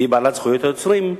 והיא בעלת זכויות היוצרים,